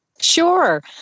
Sure